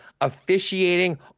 officiating